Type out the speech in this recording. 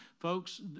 Folks